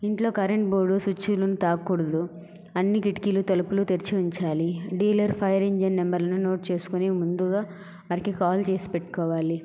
ఇంట్లో current board switch లను తాకకూడదు అన్ని కిటికీలు తలుపులు తెరిచి ఉంచాలి డీలర్ ఫైర్ ఇంజిన్ నంబర్ లను నోట్ చేసుకొని ముందుగా వాళ్ళకి కాల్ చేసి పెట్టుకోవాలి